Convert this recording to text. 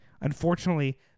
Unfortunately